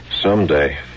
Someday